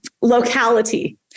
locality